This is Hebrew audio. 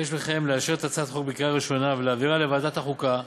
לאשר את הצעת החוק בקריאה ראשונה ולהעבירה לוועדת החוקה,